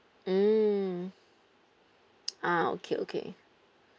mm ah okay okay